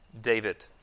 David